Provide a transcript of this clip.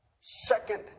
Second